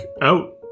out